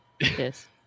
Yes